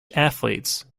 athletes